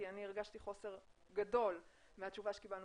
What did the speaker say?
כי אני הרגשתי חוסר גדול מהתשובה שקיבלנו